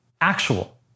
actual